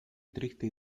triste